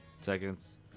seconds